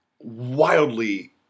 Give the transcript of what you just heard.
wildly